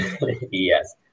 Yes